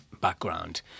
background